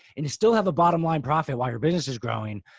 and you still have a bottom line profit while your business is growing,